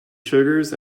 sugars